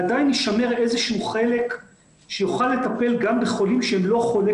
עדיין יישמר איזה שהוא חלק שיוכל לטפל גם בחולים שהם לא חולי